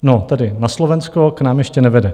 No, tedy na Slovensko, k nám ještě nevede.